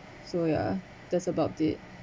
so ya that's about it